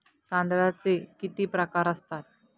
तांदळाचे किती प्रकार असतात?